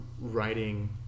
writing